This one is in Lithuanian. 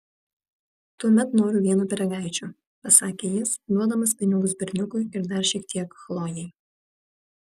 tuomet noriu vieno pyragaičio pasakė jis duodamas pinigus berniukui ir dar šiek tiek chlojei